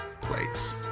Place